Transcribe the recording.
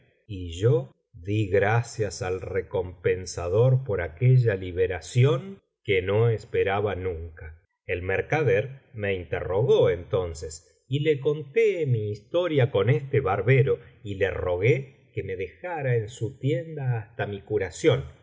y yo di gracias al recompensador por aquella liberación que no esperaba nunca el mercader me interrogó entonces y le conté mi historia con este barbero y le rogué que me dejara en su tienda hasta mi curación